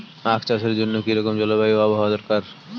আখ চাষের জন্য কি রকম জলবায়ু ও আবহাওয়া দরকার?